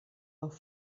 auch